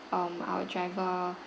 um our driver